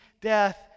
death